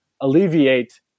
alleviate